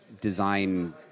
design